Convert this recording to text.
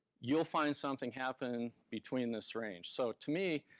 you'll find something happen between this range. so to me,